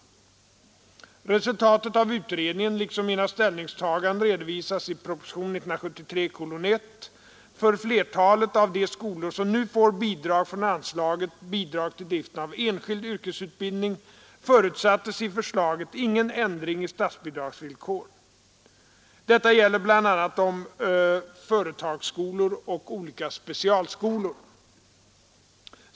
Resultatet av utredningen liksom mina ställningstaganden redovisas i propositionen 1973:1 . För flertalet av de skolor som nu får bidrag från anslaget Bidrag till driften av enskild yrkesutbildning förutsattes i förslaget ingen ändring i statsbidragsvillkoren. Detta gäller bl.a. om företagsskolor och olika specialskolor.